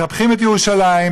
מקפחים את ירושלים.